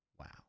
Wow